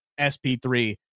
SP3